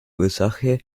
ursache